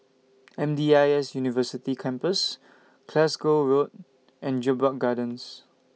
M D I S University Campus Glasgow Road and Jedburgh Gardens